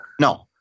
No